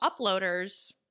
uploaders